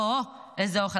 אוהו, איזה אוכל.